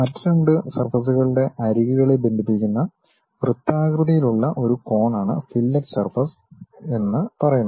മറ്റ് രണ്ട് സർഫസ്കളുടെ അരികുകളെ ബന്ധിപ്പിക്കുന്ന വൃത്താകൃതിയിലുള്ള ഒരു കോണാണ് ഫില്ലറ്റ് സർഫസ് എന്ന് പറയും